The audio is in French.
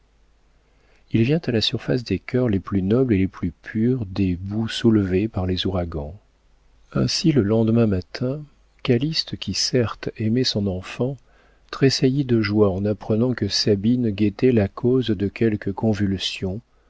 il vient à la surface des cœurs les plus nobles et les plus purs des boues soulevées par les ouragans ainsi le lendemain matin calyste qui certes aimait son enfant tressaillit de joie en apprenant que sabine guettait la cause de quelques convulsions